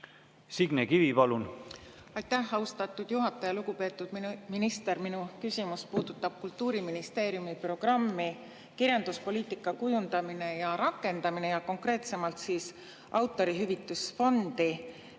Signe Kivi, palun! Aitäh, austatud juhataja! Lugupeetud minister! Minu küsimus puudutab Kultuuriministeeriumi programmi "Kirjanduspoliitika kujundamine ja rakendamine" ja konkreetsemalt Autorihüvitusfondi,